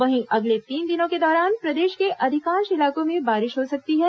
वहीं अगले तीन दिनों के दौरान प्रदेश के अधिकांश इलाकों में बारिश हो सकती है